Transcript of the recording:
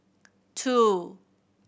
two